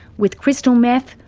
with crystal meth,